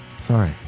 Sorry